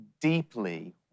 deeply